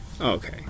Okay